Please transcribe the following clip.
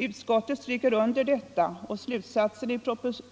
Utskottet stryker under både detta och slutsatsen i